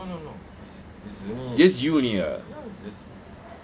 just you only ah